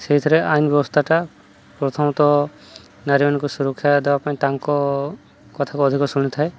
ସେଇଥିରେ ଆଇନ ବ୍ୟବସ୍ଥାଟା ପ୍ରଥମତଃ ନାରୀମାନଙ୍କୁ ସୁରକ୍ଷା ଦେବା ପାଇଁ ତାଙ୍କ କଥାକୁ ଅଧିକ ଶୁଣିଥାଏ